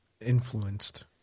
Influenced